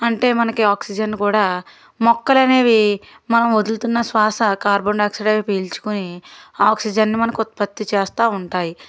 అంటే మనకి ఆక్సిజన్ కూడా మొక్కలు అనేవి మనం వదులుతున్న శ్వాస కార్బన్ డయాక్సైడ్ అవి పీల్చుకుని ఆక్సిజన్ మనకి ఉత్పత్తి చేస్తూ ఉంటాయి